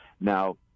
Now